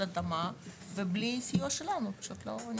שיש התאמה, ובלי סיוע שלנו, פשוט לא נכנס.